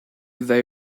they